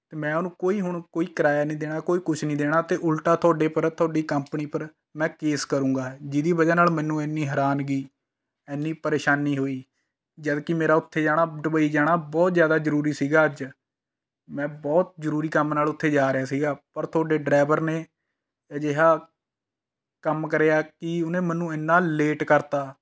ਤੇ ਮੈਂ ਉਹਨੂੰ ਕੋਈ ਹੁਣ ਕੋਈ ਕਿਰਾਇਆ ਨਹੀਂ ਦੇਣਾ ਕੋਈ ਕੁਛ ਨਹੀਂ ਦੇਣਾ ਅਤੇ ਉਲਟਾ ਤੁਹਾਡੇ ਉੱਪਰ ਤੁਹਾਡੀ ਕੰਪਨੀ ਉੱਪਰ ਮੈਂ ਕੇਸ ਕਰੂੰਗਾ ਜਿਸਦੀ ਵਜ੍ਹਾ ਨਾਲ ਮੈਨੂੰ ਇੰਨੀ ਹੈਰਾਨਗੀ ਇੰਨੀ ਪਰੇਸ਼ਾਨੀ ਹੋਈ ਜਦ ਕਿ ਮੇਰਾ ਉੱਥੇ ਜਾਣਾ ਦੁਬਈ ਜਾਣਾ ਬਹੁਤ ਜ਼ਿਆਦਾ ਜ਼ਰੂਰੀ ਸੀ ਅੱਜ ਮੈਂ ਬਹੁਤ ਜ਼ਰੂਰੀ ਕੰਮ ਨਾਲ ਉੱਥੇ ਜਾ ਰਿਹਾ ਸੀ ਪਰ ਤੁਹਾਡੇ ਡਰਾਈਵਰ ਨੇ ਅਜਿਹਾ ਕੰਮ ਕਰਿਆ ਕਿ ਉਹਨੇ ਮੈਨੂੰ ਇੰਨਾ ਲੇਟ ਕਰ ਦਿੱਤਾ